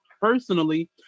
personally